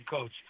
coach